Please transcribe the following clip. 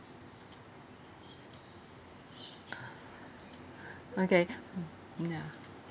okay mm ya